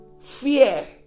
fear